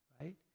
Right